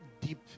deep